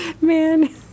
Man